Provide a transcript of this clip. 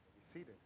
Seated